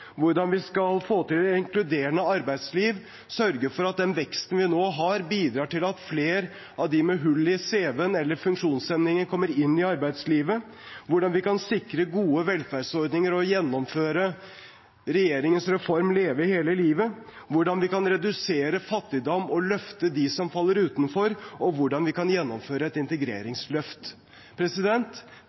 hvordan vi skal få til et inkluderende arbeidsliv og sørge for at den veksten vi nå har, bidrar til at flere av dem med hull i cv-en eller funksjonshemninger kommer inn i arbeidslivet hvordan vi kan sikre gode velferdsordninger og gjennomføre regjeringens reform Leve hele livet hvordan vi kan redusere fattigdom og løfte dem som faller utenfor hvordan vi kan gjennomføre et integreringsløft